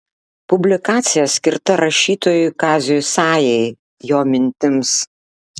publikacija skirta rašytojui kaziui sajai jo mintims